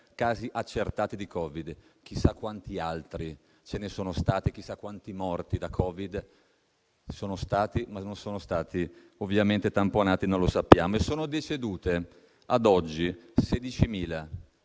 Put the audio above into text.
casi accertati di Covid. E chissà quanti altri ce ne sono stati e chissà quanti morti da Covid ci sono stati, ma non sono stati ovviamente sottoposti a tampone e non lo sappiamo. Sono decedute ad oggi 16.760